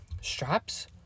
straps